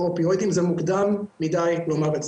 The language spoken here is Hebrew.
או אופיואידים זה מוקדם מדי לומר.